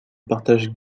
partage